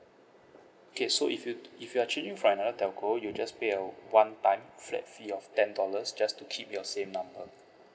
okay so if you if you are changing from another telco you will just pay a one time flat fee of ten dollars just to keep your same number